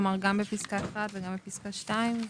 כלומר, גם בפסקה (1) וגם בפסקה (2).